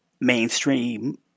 mainstream